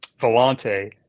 volante